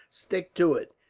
stick to it.